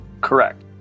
Correct